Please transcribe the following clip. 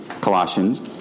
Colossians